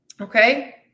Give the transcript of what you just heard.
Okay